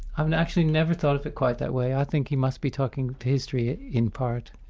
i've actually never thought of it quite that way i think he must be talking to history in part,